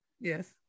yes